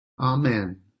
Amen